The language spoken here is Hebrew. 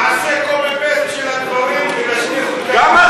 תעשה copy paste של הדברים ותשליכו גם,